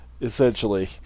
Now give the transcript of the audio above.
essentially